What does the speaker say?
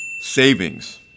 savings